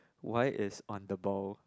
why is on the ball